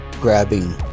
grabbing